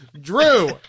drew